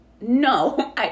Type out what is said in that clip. No